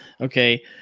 Okay